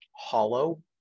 hollow